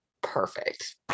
perfect